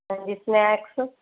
ਹਾਂਜੀ ਸਨੈਕਸ